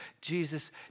Jesus